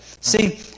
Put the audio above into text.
See